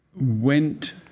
went